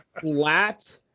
flat